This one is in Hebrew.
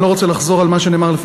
אני לא רוצה לחזור על מה שנאמר לפני,